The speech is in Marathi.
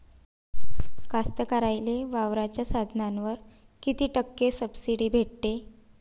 कास्तकाराइले वावराच्या साधनावर कीती टक्के सब्सिडी भेटते?